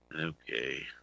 okay